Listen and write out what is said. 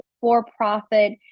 for-profit